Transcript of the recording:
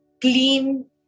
clean